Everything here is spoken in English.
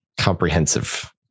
comprehensive